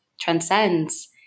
transcends